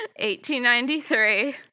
1893